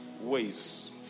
ways